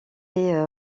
est